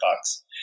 bucks